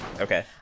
Okay